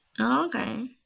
okay